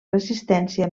resistència